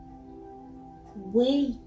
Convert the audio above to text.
Wait